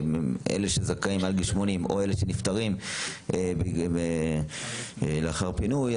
אלה שזכאים והם עד גיל 80 או אלה שנפטרים לאחר פינוי,